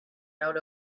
out